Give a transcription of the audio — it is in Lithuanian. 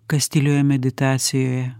kas tylioje meditacijoje